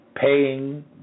paying